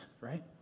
right